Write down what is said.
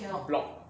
block